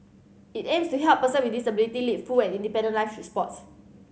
it aims to help person with disability lead full and independent live through sports